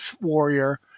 warrior